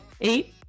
Eight